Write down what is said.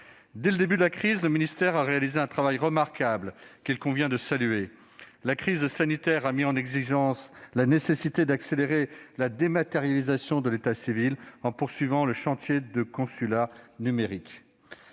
Dès le début de la crise, le ministère a réalisé un travail remarquable qu'il convient de saluer. La crise sanitaire a mis en lumière la nécessité d'accélérer la dématérialisation de l'état civil, en poursuivant le chantier du consulat numérique.